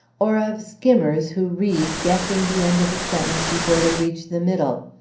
or of skimmers who read guessing the end of a sentence before they reach the middle.